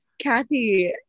Kathy